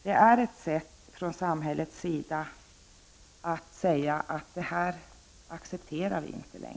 Det är ett sätt för samhället att betona att man inte längre accepterar prostitution.